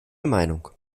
meinung